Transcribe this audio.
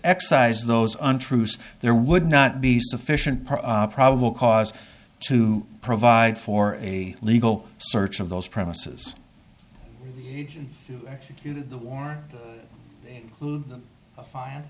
exercise those untruths there would not be sufficient probable cause to provide for a legal search of those premises executed the war fi